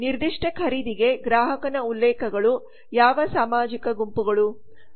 ನಿರ್ದಿಷ್ಟ ಖರೀದಿಗೆ ಗ್ರಾಹಕನ ಉಲ್ಲೇಖಗಳು ಯಾವ ಸಾಮಾಜಿಕ ಗುಂಪುಗಳು